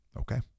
okay